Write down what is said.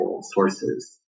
sources